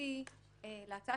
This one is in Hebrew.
המשפטי להצעה